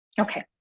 okay